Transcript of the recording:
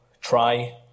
try